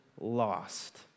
lost